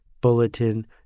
bulletin